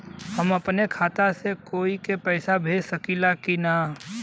हम अपने खाता से कोई के पैसा भेज सकी ला की ना?